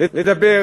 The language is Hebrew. לדבר